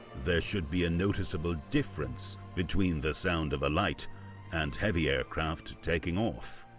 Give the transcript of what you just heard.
there should be a noticeable difference between the sound of a light and heavy aircraft taking off.